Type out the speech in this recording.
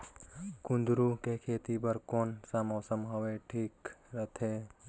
कुंदूरु के खेती बर कौन सा मौसम हवे ठीक रथे?